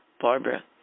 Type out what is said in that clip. Barbara